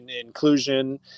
inclusion